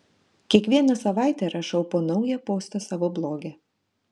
kiekvieną savaitę rašau po naują postą savo bloge